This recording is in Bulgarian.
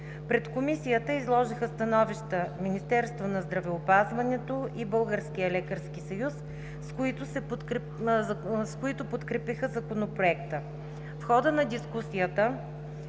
Пред Комисията изложиха становища Министерството на здравеопазването и Българският лекарски съюз, с които подкрепиха Законопроекта. В хода на дискусията